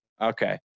Okay